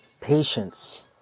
Patience